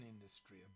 industry